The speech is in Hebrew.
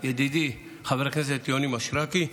ידידי חבר הכנסת יוני מישרקי,